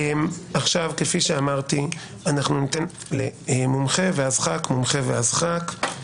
כפי שאמרתי, ניתן למומחה, ואז ח"כ וחוזר חלילה.